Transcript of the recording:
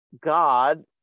God